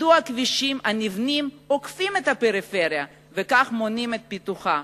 מדוע הכבישים הנבנים עוקפים את הפריפריה וכך מונעים את פיתוחה?